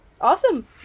awesome